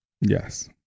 Yes